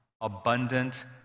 abundant